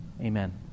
Amen